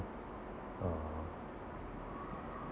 uh